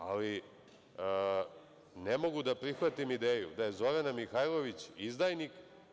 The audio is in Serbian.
Ali, ne mogu da prihvatim ideju da je Zorana Mihajlović izdajnik.